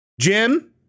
Jim